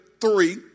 three